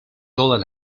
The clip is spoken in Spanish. todas